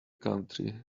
country